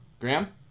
Graham